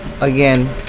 again